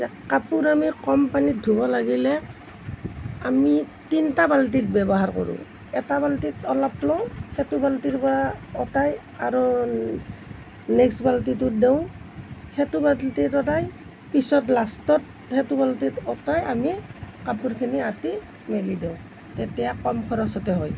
কাপোৰ আমি কম পানীত ধুব লাগিলে আমি তিনিটা বাল্টিত ব্যৱহাৰ কৰোঁ এটা বাল্টিত অলপ লওঁ সেইটো বাল্টিৰ পৰা অঁতাই আৰু নেক্সট বাল্টিটোত দিওঁ সেইটো বাল্টিত অঁতাই পিছত লাষ্টত সেইটো বাল্টিত অঁতাই আমি কাপোৰখিনি আঁতি মেলি দিওঁ তেতিয়া কম খৰচতে হয়